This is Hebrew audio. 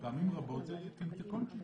פעמים רבות זה קטנצ'יק.